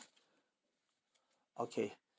okay